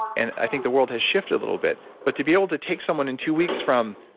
and i think the world has shifted a little bit but to be able to take someone in two weeks from,